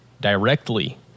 directly